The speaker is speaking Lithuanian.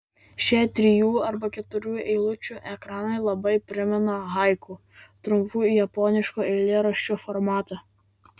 šie trijų arba keturių eilučių ekranai labai primena haiku trumpų japoniškų eilėraščių formatą